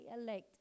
elect